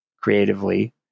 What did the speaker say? creatively